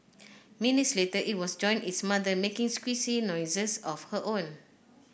minutes later it was joined its mother making squeaky noises of her own